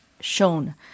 shown